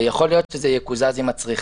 ויכול להיות שזה יקוזז עם הצריכה.